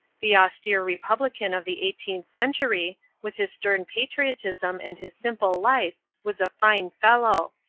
the austere republican of the eighteenth century, with his stern patriotism and his simple life, was a fine fellow.